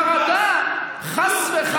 -- אתם פתאום בחרדה: חס וחלילה